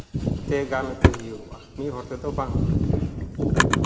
ᱛᱮ ᱜᱟᱱ ᱦᱚᱪᱚᱭ ᱦᱩᱭᱩᱜᱚᱜᱼᱟ ᱢᱤᱫ ᱦᱚᱲ ᱛᱮᱫᱚ ᱵᱟᱝ ᱦᱩᱭᱩᱜᱚᱜᱼᱟ